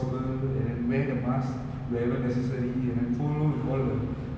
trace together now is trace together it will it will just help us to move forward and then